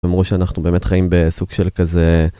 אמרו שאנחנו באמת חיים בסוג של כזה...